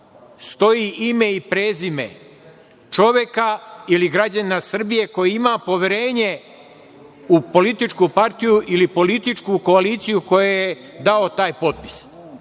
stoji ime i prezime čoveka ili građanina Srbije koji ima poverenje u političku partiju ili političku koaliciju kojoj je dao taj potpis.